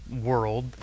world